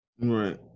Right